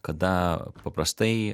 kada paprastai